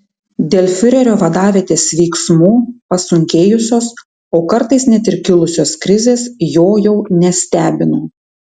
dėl fiurerio vadavietės veiksmų pasunkėjusios o kartais net ir kilusios krizės jo jau nestebino